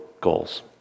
goals